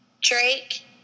Drake